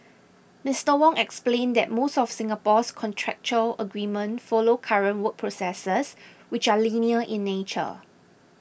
Mister Wong explained that most of Singapore's contractual agreements follow current work processes which are linear in nature